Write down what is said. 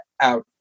out